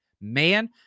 man